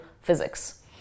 physics